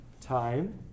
time